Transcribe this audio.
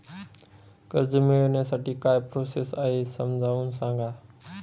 कर्ज मिळविण्यासाठी काय प्रोसेस आहे समजावून सांगा